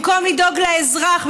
במקום לדאוג לאזרח,